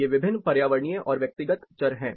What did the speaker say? ये विभिन्न पर्यावरणीय और व्यक्तिगत चर हैं